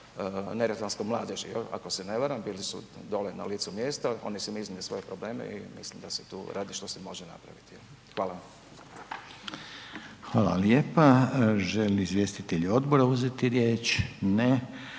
neretvanskom mladeži ako se ne varam, bili su dolje na licu mjesta, oni su nam iznijeli svoje probleme i mislim da se tu radi što se može napraviti. Hvala vam. **Reiner, Željko (HDZ)** Hvala vam lijepa. Želi li izvjestitelj odbora uzeti riječ? Ne.